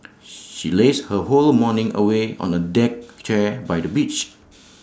she lazed her whole morning away on A deck chair by the beach